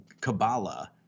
Kabbalah